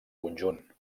conjunt